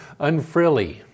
unfrilly